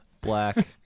black